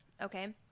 okay